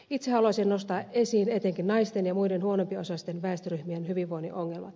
itse haluaisin nostaa esiin etenkin naisten ja muiden huonompiosaisten väestöryhmien hyvinvoinnin ongelmat